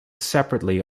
separately